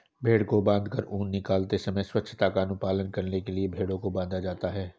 भेंड़ को बाँधकर ऊन निकालते समय स्वच्छता का अनुपालन करने के लिए भेंड़ों को बाँधा जाता है